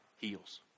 heals